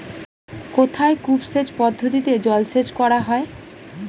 কোথায় কূপ সেচ পদ্ধতিতে জলসেচ করা হয়?